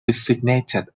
designated